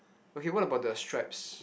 okay what about the stripes